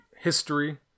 history